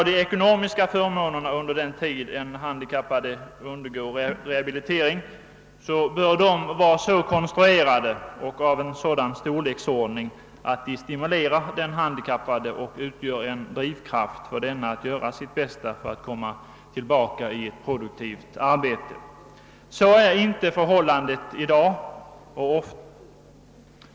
De ekonomiska förmånerna under den tid en handikappad undergår rehabilitering bör vara så konstruerade och av en sådan storleksordning att de stimulerar den handikappade och utgör en drivkraft för denne att göra sitt bästa för att komma tillbaka i ett produktivt arbete. Så är inte förhållandet i dag.